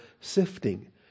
sifting